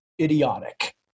idiotic